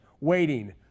waiting